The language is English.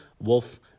Wolf